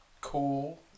cool